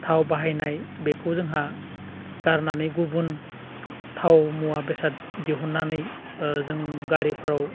थाव बाहायनाय बेखौ जोंहा गारनानै गुबुन थाव मुवा बेसाद दिहुननानै जों गारिफोराव